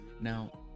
now